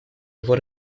его